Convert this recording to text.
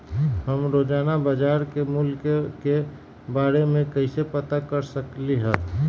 हम रोजाना बाजार के मूल्य के के बारे में कैसे पता कर सकली ह?